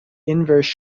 inverse